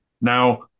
Now